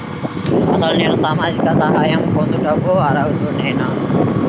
అసలు నేను సామాజిక సహాయం పొందుటకు అర్హుడనేన?